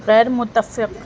غیر متفق